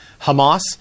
Hamas